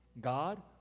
god